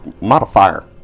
modifier